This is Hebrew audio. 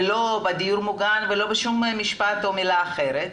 ולא דיור מוגן ולא בשום מילה אחרת.